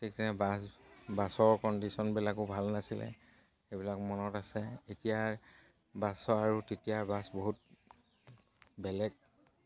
bus বাছৰ কণ্ডিশ্যনবিলাকো ভাল নাছিলে সেইবিলাক মনত আছে এতিয়াৰ বাছৰ আৰু তেতিয়া বাছ বহুত বেলেগ